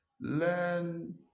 Learn